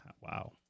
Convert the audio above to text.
Wow